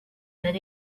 that